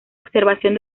observación